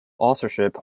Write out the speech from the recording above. authorship